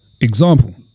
example